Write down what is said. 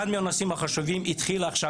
אחד מהנושאים החשובים שהמדינה התחילה עכשיו